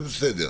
זה בסדר.